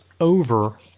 over